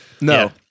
No